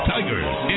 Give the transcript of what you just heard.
Tigers